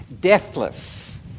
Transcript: deathless